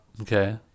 okay